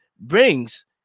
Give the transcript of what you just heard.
brings